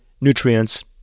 nutrients-